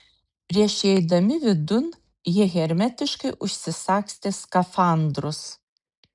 prieš įeidami vidun jie hermetiškai užsisagstė skafandrus